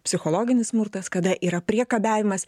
psichologinis smurtas kada yra priekabiavimas